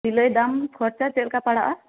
ᱥᱤᱞᱟᱹᱭ ᱫᱟᱢ ᱠᱷᱚᱨᱪᱟ ᱪᱮᱫ ᱞᱮᱠᱟ ᱯᱟᱲᱟᱜᱼᱟ